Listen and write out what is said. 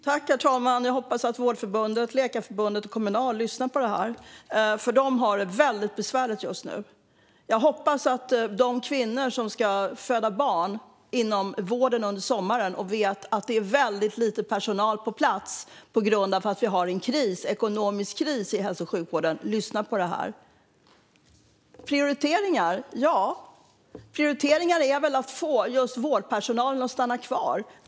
Herr talman! Jag hoppas att Vårdförbundet, Sveriges läkarförbund och Kommunal lyssnar på detta. De har det väldigt besvärligt just nu. Jag hoppas att de kvinnor som ska föda barn inom vården under sommaren vet att det är väldigt lite personal på plats på grund av att vi har ekonomisk kris i hälso och sjukvården och lyssnar på detta. Prioriteringar är väl att få just vårdpersonalen att stanna kvar.